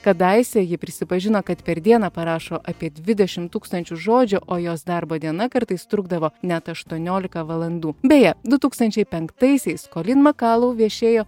kadaise ji prisipažino kad per dieną parašo apie dvidešim tūkstančių žodžių o jos darbo diena kartais trukdavo net aštuoniolika valandų beje du tūkstančiai penktaisiais kolyn makalau viešėjo